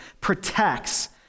protects